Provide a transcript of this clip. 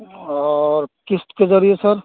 اور قِسط کے ذریعے سر